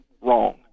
wrong